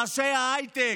ראשי ההייטק,